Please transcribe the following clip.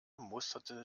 musterte